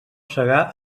segar